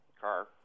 Car